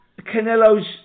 Canelo's